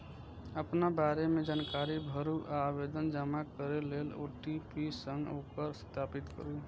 अपना बारे मे जानकारी भरू आ आवेदन जमा करै लेल ओ.टी.पी सं ओकरा सत्यापित करू